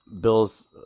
Bill's